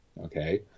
Okay